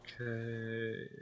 Okay